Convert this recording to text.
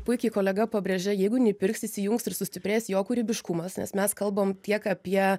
puikiai kolega pabrėžia jeigu neįpirksi įsijungs ir sustiprės jo kūrybiškumas nes mes kalbam tiek apie